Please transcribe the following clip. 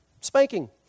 spanking